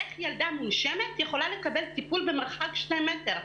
איך ילדה מונשמת יכולה לקבל טיפול במרחק 2 מטר?